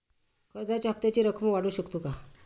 कर्जाच्या हप्त्याची रक्कम वाढवू शकतो का?